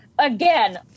Again